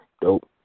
Dope